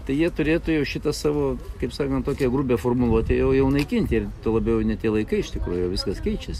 tai jie turėtų jau šitą savo kaip sakant tokią grubią formuluotę jau jau naikinti tuo labiau ne tie laikai iš tikrųjų viskas keičiasi